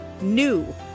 NEW